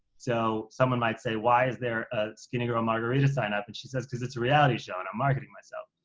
so, someone might say, why is there a skinnygirl margarita sign up? and she says, because it's a reality show and i'm marketing myself.